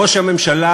ראש הממשלה